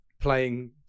playing